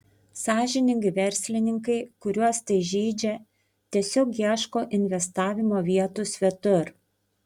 sąžiningi verslininkai kuriuos tai žeidžia tiesiog ieško investavimo vietų svetur